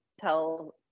tell